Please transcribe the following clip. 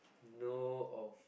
know of